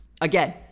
again